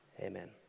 Amen